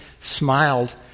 smiled